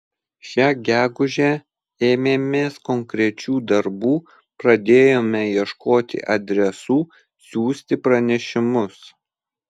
šią gegužę ėmėmės konkrečių darbų pradėjome ieškoti adresų siųsti pranešimus